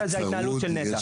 זו ההתנהלות של נת"ע.